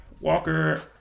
Walker